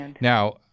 Now